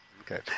okay